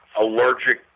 allergic